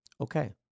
okay